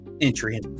entry